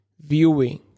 viewing